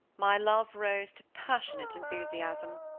my love rose to passionate enthusiasm.